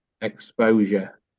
exposure